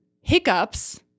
hiccups